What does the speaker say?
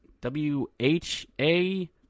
W-H-A